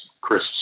Chris